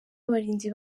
abarinzi